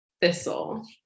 thistle